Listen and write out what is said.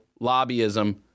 Lobbyism